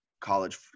college